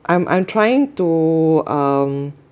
I'm I'm trying to um